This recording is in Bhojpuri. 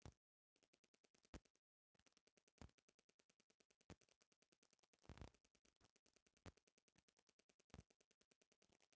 सुने में त आवता की ऐ बेरी सरकार किसान खातिर किसान ऋण पत्र जारी करे के योजना बना रहल बा